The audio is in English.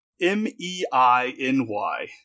M-E-I-N-Y